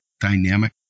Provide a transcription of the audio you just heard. dynamic